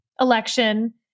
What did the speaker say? election